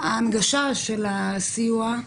ההנגשה של הסיוע,